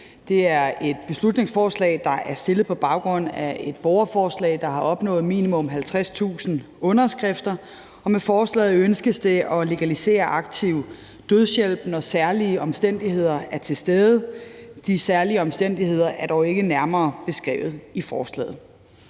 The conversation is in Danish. Det er et beslutningsforslag, der er fremsat på baggrund af et borgerforslag, der har opnået minimum 50.000 underskrifter. Med forslaget ønskes det at legalisere aktiv dødshjælp, når særlige omstændigheder er til stede. De særlige omstændigheder er dog ikke nærmere beskrevet i forslaget.